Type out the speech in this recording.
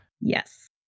Yes